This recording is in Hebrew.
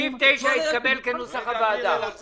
אחרי סעיף 9. קבוצת ישראל ביתנו וקבוצת